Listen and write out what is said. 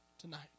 tonight